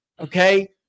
okay